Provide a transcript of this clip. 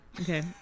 Okay